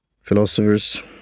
philosophers